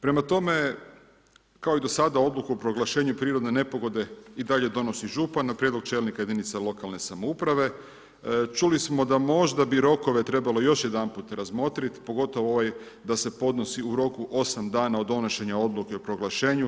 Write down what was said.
Prema tome, kao i dosada odluku o proglašenju prirodne nepogode i dalje donosi župan na prijedlog čelnika jedinice lokalne samouprave, čuli smo da možda bi rokove trebalo još jedanput razmotriti, pogotovo da se podnosi u roku 8 dana od donošenje odluke o proglašenju.